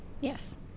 Yes